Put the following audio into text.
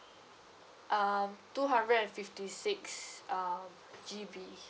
um two hundred and fifty six uh G_B